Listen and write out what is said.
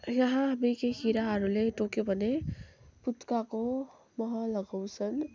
देखि किराहरूले टोक्यो भने पुत्काको मह लगाउँछन्